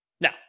Now